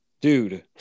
Dude